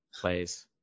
plays